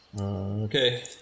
Okay